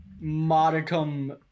modicum